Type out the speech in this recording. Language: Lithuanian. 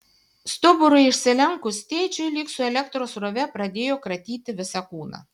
stuburui išsilenkus tėčiui lyg su elektros srove pradėjo kratyti visą kūną